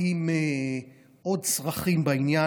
עם עוד צרכים בעניין,